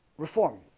reform